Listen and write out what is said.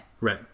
Right